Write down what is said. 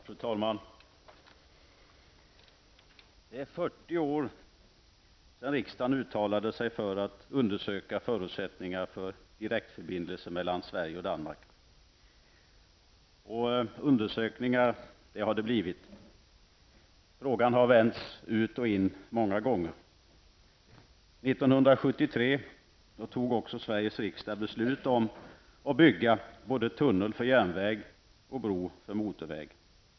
Fru talman! Det är 40 år sedan riksdagen uttalade sig för att undersöka förutsättningar för direktförbindelse mellan Sverige och Danmark. Och undersökningar har det blivit. Frågan har vänts ut och in många gånger. 1973 fattade Sveriges riksdag beslut om att bygga både tunnel för järnväg och bro för motorväg.